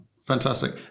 Fantastic